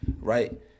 Right